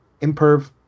imperv